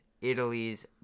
Italy's